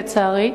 לצערי,